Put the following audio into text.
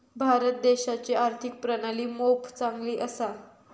भारत देशाची आर्थिक प्रणाली मोप चांगली असा